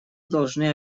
должны